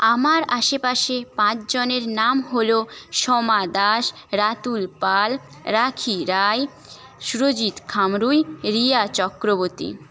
আমার আশেপাশে পাঁচজনের নাম হলো সোমা দাস রাতুল পাল রাখি রায় সুরজিৎ খামরুই রিয়া চক্রবর্তী